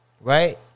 right